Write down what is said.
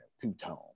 Two-tone